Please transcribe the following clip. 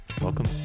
welcome